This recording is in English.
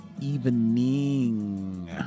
evening